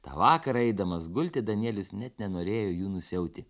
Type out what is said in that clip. tą vakarą eidamas gulti danielius net nenorėjo jų nusiauti